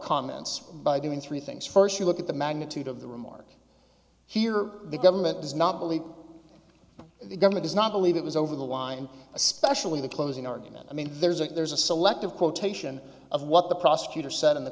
comments by doing three things first you look at the magnitude of the remark here the government does not believe the government is not believe it was over the line especially the closing argument i mean there's a there's a selective quotation of what the prosecutor said in the